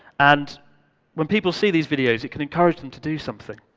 and when people see these videos, it can encourage them to do something.